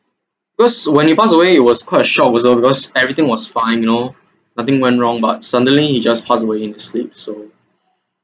because when he passed away it was quite shock also because everything was fine you know nothing went wrong but suddenly he just passed way in his sleep so